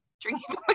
drinking